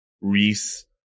Reese